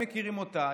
הם מכירים אותה,